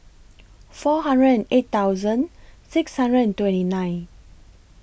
four hundred and eight thousand six hundred twenty nine